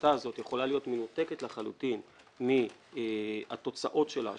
שההחלטה הזאת יכולה להיות מנותקת לחלוטין מהתוצאות שלה,